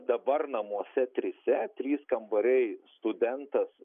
dabar namuose trise trys kambariai studentas